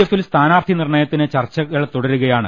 എഫിൽ സ്ഥാനാർത്ഥി നിർണ്ണയത്തിന് ചർച്ചകൾ തുടരുകയാണ്